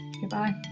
Goodbye